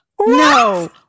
No